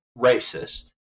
racist